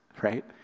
right